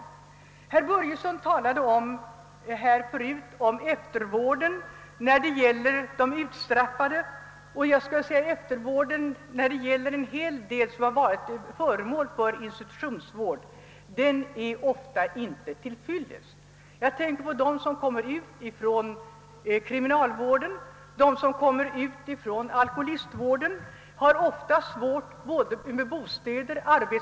Herr Börjesson i Falköping talade nyss om eftervården av de utstraffade. Eftervården för olika kategorier som varit föremål för institutionsvård är ofta inte till fyllest. Jag tänker på dem som kommer ut från kriminalvården eller från alkoholistvården. De har ofta svårt att få bostäder och arbete.